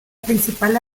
principal